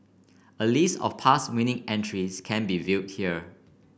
a list of past winning entries can be viewed here